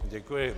Děkuji.